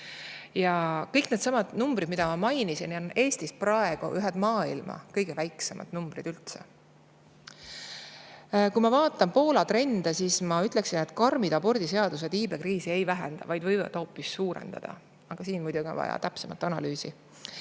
Ja kõik needsamad [näitajad], mida ma mainisin, on Eestis praegu ühed maailma kõige väiksemad [näitajad] üldse. Kui ma vaatan Poola trende, siis ma ütleksin, et karmid abordiseadused iibekriisi ei vähenda, vaid võivad hoopis suurendada. Aga siin on muidugi vaja täpsemat analüüsi.